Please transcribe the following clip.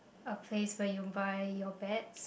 a place where you buy your bets